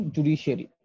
Judiciary